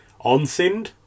Onsind